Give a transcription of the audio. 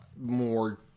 more